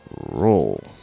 roll